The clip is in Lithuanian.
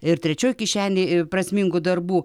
ir trečioj kišenėj prasmingų darbų